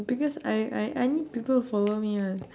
because I I I need people to follow me [one]